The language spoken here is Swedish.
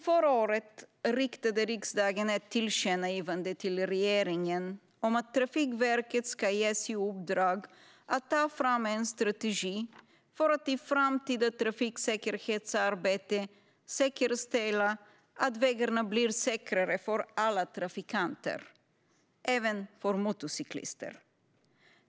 Förra året riktade riksdagen ett tillkännagivande till regeringen om att Trafikverket ska ges i uppdrag att ta fram en strategi för att i framtida trafiksäkerhetsarbete säkerställa att vägarna blir säkrare för alla trafikanter, även motorcyklister.